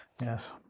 Yes